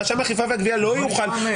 רשם האכיפה והגבייה לא יוכל לשנות.